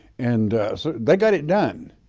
and so they got it done.